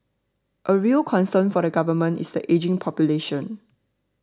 a real concern for the Government is the ageing population